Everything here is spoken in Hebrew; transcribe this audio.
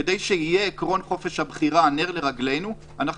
כדי שיהיה עיקרון חופש הבחירה נר לרגלנו אנחנו